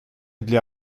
для